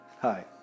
Hi